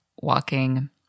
walking